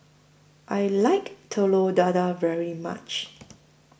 I like Telur Dadah very much